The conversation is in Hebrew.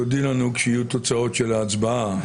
תודיעי לנו כשיהיו תוצאות של ההצבעה.